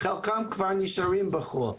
חלקם כבר נשארים בחו"ל,